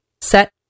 set